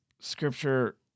scripture